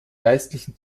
geistlichen